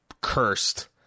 cursed